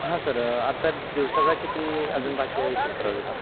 हां सर आत्ता दिवसाचा किती अजून बाकी आहे चेक करायचं होता